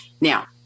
Now